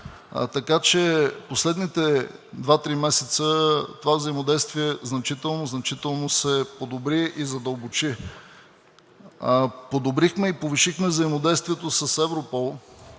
така че в последните два-три месеца това взаимодействие значително се подобри и задълбочи. Подобрихме и повишихме взаимодействието си с Европол,